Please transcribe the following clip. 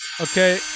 Okay